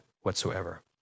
whatsoever